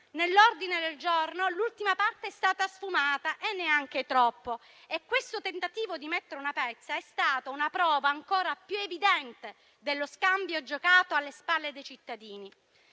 nell'ordine del giorno l'ultima parte è stata sfumata e neanche troppo. E questo tentativo di mettere una pezza è stato una prova ancora più evidente dello scambio giocato alle spalle dei cittadini.